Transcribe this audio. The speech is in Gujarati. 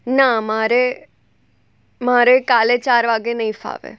ના મારે મારે કાલે ચાર વાગે નહીં ફાવે